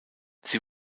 sie